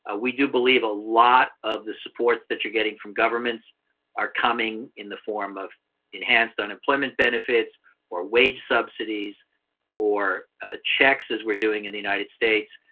ah we do believe a lot of the supports that you're getting from governments are coming in the form of enhanced unemployment benefits or wage subsidies or checks, as we're doing in the united states.